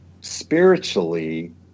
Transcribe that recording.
spiritually